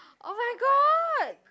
oh-my-god